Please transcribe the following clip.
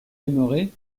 aimerais